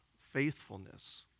faithfulness